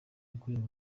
yakorewe